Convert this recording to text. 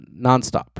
nonstop